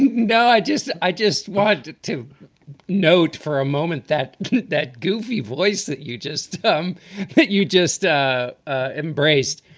no, i just i just want to to note for a moment that that goofy voice that you just um you just ah ah embraced.